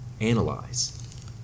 analyze